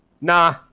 Nah